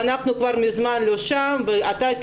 אנחנו כבר מזמן לא שם ואתה,